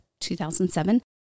2007